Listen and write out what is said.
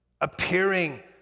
appearing